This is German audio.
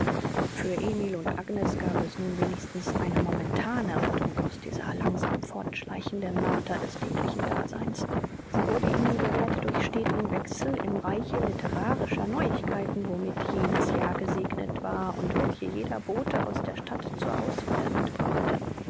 für emil und agnes gab es nun wenigstens eine momentane rettung aus dieser langsam fortschleichenden marter des täglichen daseins sie wurde ihnen gewährt durch steten wechsel im reiche litterarischer neuigkeiten womit jenes jahr gesegnet war und welche jeder bote aus der stadt zur auswahl mitbrachte